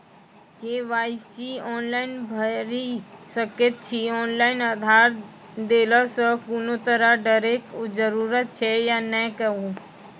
KYC online भैरि सकैत छी, ऑनलाइन आधार देलासॅ कुनू तरहक डरैक जरूरत छै या नै कहू?